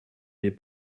n’est